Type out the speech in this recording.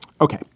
Okay